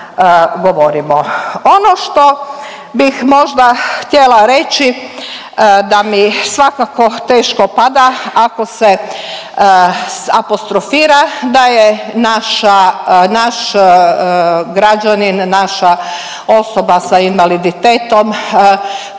Ono što bih možda htjela reći da mi svakako teško pada ako se apostrofira da je naš građanin, naša osoba sa invaliditetom